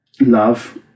love